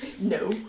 No